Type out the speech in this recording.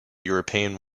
european